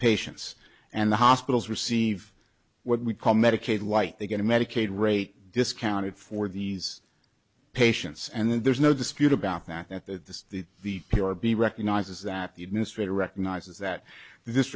patients and the hospitals receive what we call medicaid lite they get a medicaid rate discounted for these patients and then there's no dispute about that that the the the p r b recognizes that the administrator recognizes that this